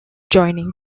joining